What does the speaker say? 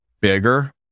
bigger